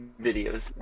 videos